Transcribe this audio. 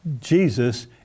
Jesus